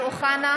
אוחנה,